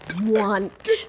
want